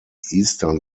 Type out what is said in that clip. eastern